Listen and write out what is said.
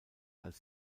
als